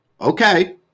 Okay